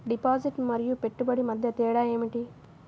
Deposit మరియు పెట్టుబడి మధ్య తేడా ఏమిటి?